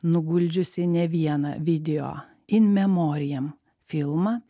nuguldžiusi ne vieną video in memoriam filmą